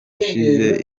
gishize